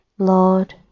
lord